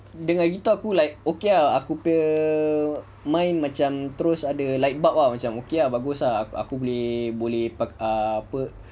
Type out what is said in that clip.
dengar gitu aku like okay ah aku punya mind macam terus ada light bulb ah okay bagus ah aku boleh boleh pak~ apa